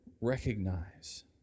recognize